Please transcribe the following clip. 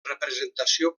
representació